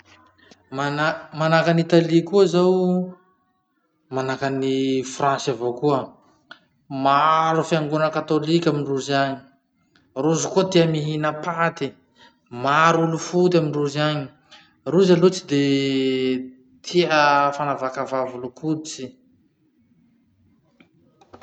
Mana- manahaky an'i Italy koa zao, manahaky an'i France avao koa. Maro fiangona katolika amindrozy agny. Rozy koa tia mihina paty, maro olo foty amindrozy any. Rozy aloha tsy de tia fanavakavaha volokoditsy.